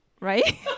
right